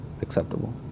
acceptable